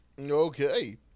Okay